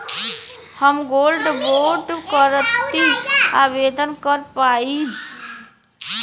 हम gold bond करती आवेदन कर पाईब?